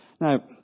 Now